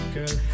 Girl